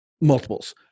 multiples